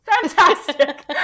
fantastic